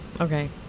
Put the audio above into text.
Okay